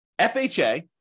FHA